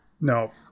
No